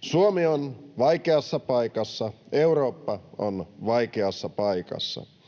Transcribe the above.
Suomi on vaikeassa paikassa, Eurooppa on vaikeassa paikassa.